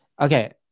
okay